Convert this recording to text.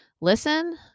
listen